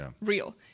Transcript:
real